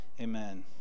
Amen